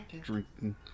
Drinking